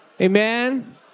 Amen